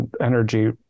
energy